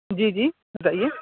جی جی بتائیے